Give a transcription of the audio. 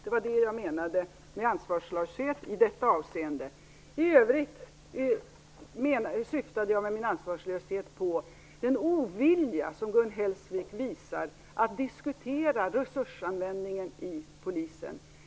Det var det jag menade med ansvarslöshet i detta avseende. I övrigt syftade jag på Gun Hellsviks visade ovilja att diskutera resursanvändningen inom Polisen.